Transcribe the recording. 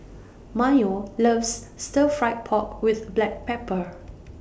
Mayo loves Stir Fried Pork with Black Pepper